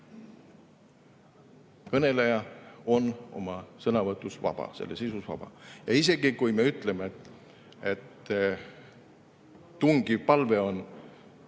kõneleja on oma sõnavõtus vaba, selle sisus vaba. Isegi, kui me ütleme, et on tungiv palve,